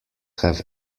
have